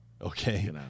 Okay